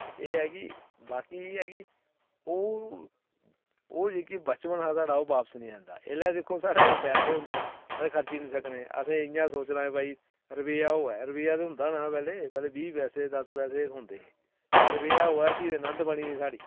ते बाकी एह् ऐ कि ओह् बचपन साढा बापस औंदा ते इसलै दिक्खो साढे़ कोल पैसे होंदे अस खर्ची निं सकने असें इ'यां सोचनां कि रुपेआ होऐ रपेआ ते होंदा निं निंहा पैह्लें बी पैसे दस्स पैसे गै थ्होंदे हे ते रपेआ होऐ अगर फ्ही ते नन्द गै आई जंदी ही